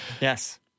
Yes